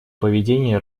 поведение